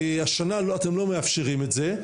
השנה אתם לא מאפשרים את זה,